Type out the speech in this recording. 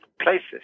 places